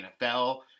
NFL